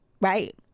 right